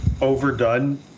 overdone